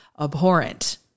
abhorrent